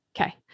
Okay